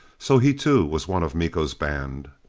so he too, was one of miko's band!